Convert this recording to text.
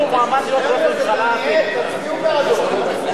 הצעת סיעות העבודה מרצ להביע אי-אמון בממשלה לא נתקבלה.